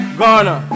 Ghana